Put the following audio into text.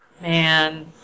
Man